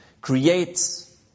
creates